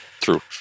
True